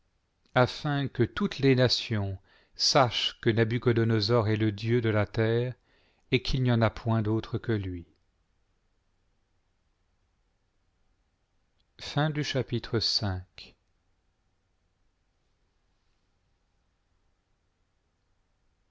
afin que toutes les nations sachent que nabuchodonosor est le dieu de la terre et qu'il n'y en a point d'autre que lui